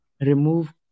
remove